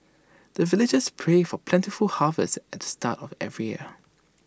the villagers pray for plentiful harvest at the start of every year